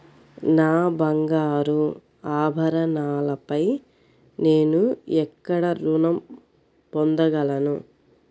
నా బంగారు ఆభరణాలపై నేను ఎక్కడ రుణం పొందగలను?